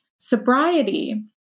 Sobriety